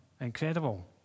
Incredible